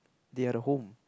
they are the home